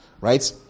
right